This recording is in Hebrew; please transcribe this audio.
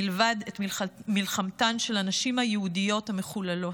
מלבד את מלחמתן של הנשים היהודיות המחוללות.